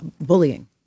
bullying